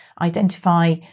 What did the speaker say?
identify